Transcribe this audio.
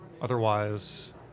Otherwise